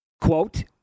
Quote